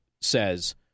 says